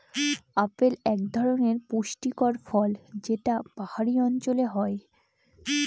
apple এক ধরনের পুষ্টিকর ফল যেটা পাহাড়ি অঞ্চলে হয়